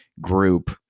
group